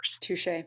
Touche